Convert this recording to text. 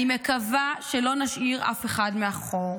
אני מקווה שלא נשאיר אף אחד מאחור.